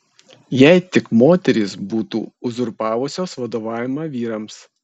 jei tik moterys būtų uzurpavusios vadovavimą vyrams